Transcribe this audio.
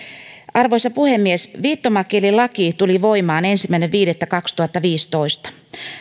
arvoisa puhemies viittomakielilaki tuli voimaan ensimmäinen viidettä kaksituhattaviisitoista